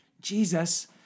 Jesus